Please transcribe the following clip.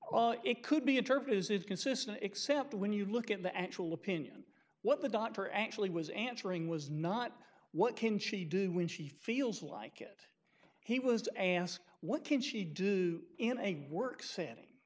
and it could be a target is it consistent except when you look at the actual opinion what the doctor actually was answering was not what can she do when she feels like it he was asked what can she do in a work s